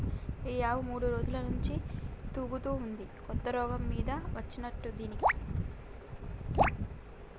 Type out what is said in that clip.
ఈ ఆవు మూడు రోజుల నుంచి తూగుతా ఉంది కొత్త రోగం మీద వచ్చినట్టుంది దీనికి